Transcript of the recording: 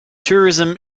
tourism